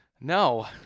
No